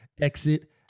exit